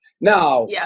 Now